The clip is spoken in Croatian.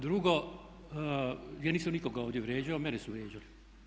Drugo, ja nisam nikoga ovdje vrijeđao mene su vrijeđali.